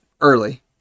early